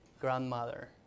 grandmother